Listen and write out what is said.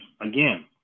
again